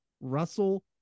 Russell